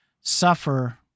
suffer